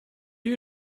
you